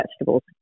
vegetables